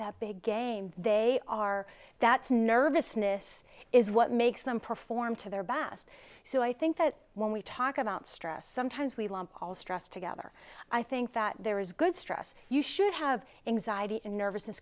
that big game they are that's nervousness is what makes them perform to their bast so i think that when we talk about stress sometimes we all stress together i think that there is good stress you should have anxiety and nervousness